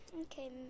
Okay